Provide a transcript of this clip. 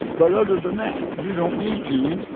but other than that, you don't need to,